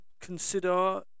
consider